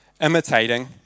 imitating